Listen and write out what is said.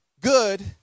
good